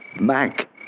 Mac